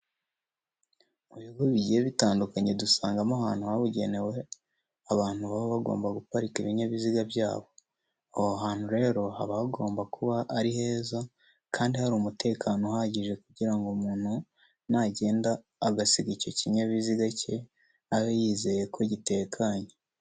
Mu bigo bigiye bitandukanye dusangamo ahantu habugenewe abantu baba bagomba guparika ibinyabiziga byabo. Aho hantu rero haba hagomba kuba ari heza kandi hari n'umutekano uhagije kugira ngo umuntu nagenda agasiga icyo kinyabiziga cye abe yizeye ko gitekanye.